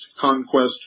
conquest